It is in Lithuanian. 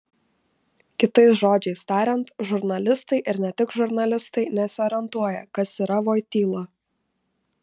kitais žodžiais tariant žurnalistai ir ne tik žurnalistai nesiorientuoja kas yra voityla